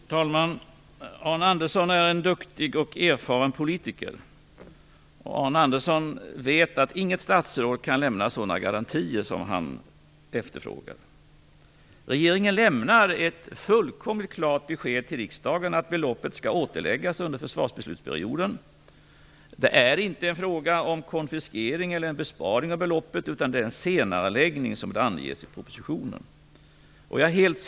Fru talman! Arne Andersson är en duktig och erfaren politiker. Han vet att inget statsråd kan lämna sådana garantier som han efterfrågar. Regeringen lämnade ett fullkomligt klart besked till riksdagen att beloppet skall återläggas under försvarsbeslutsperioden. Det är inte fråga om konfiskering eller besparing av beloppet. Det är, som anges i propositionen, fråga om en senareläggning.